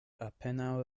apenaŭ